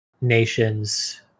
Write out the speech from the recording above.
Nations